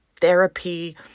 therapy